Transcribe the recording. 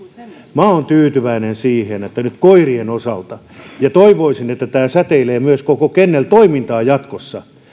minä olen tyytyväinen nyt koirien osalta ja toivoisin että tämä säteilee jatkossa myös koko kenneltoimintaan